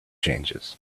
changes